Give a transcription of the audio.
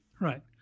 Right